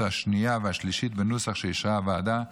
השנייה והשלישית בנוסח שאישרה הוועדה.